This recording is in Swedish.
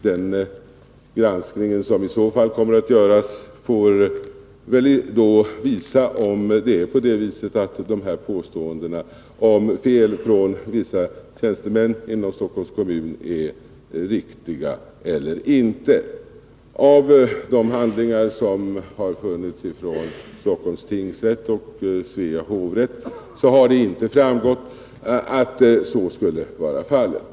Den granskning som i så fall kommer att göras får väl då visa om påståendena att vissa tjänstemän inom Stockholms kommun har handlat fel är riktiga eller inte. Av de handlingar som har förelegat från Stockholms tingsrätt och Svea hovrätt har det inte framgått att så skulle vara fallet.